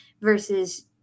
versus